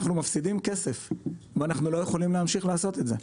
אנחנו מפסידים כסף ואנחנו לא יכולים להמשיך לעשות את זה.